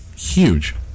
Huge